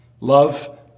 love